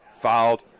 filed